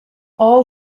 all